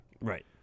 Right